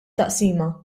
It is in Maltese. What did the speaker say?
taqsima